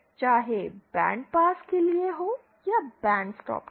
चाहे band pass के लिए हो या बैंड स्टॉप के लिए